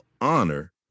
honor